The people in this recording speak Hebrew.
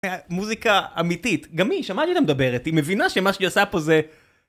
מוזיקה אמיתית, גם היא, שמעתי אותה מדברת, היא מבינה שמה שהיא עושה פה זה...